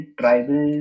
tribal